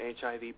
HIV